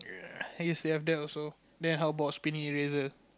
ya I used to have that also then how about spinning eraser